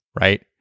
right